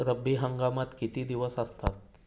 रब्बी हंगामात किती दिवस असतात?